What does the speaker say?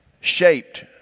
shaped